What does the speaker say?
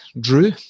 Drew